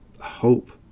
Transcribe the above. hope